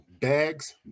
bags